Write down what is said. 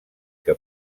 que